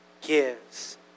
gives